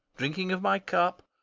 drinking of my cup,